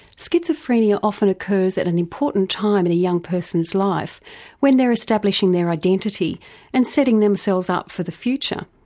schizophrenia often occurs at an important time in a young person's life when they're establishing their identity and setting themselves up for the future.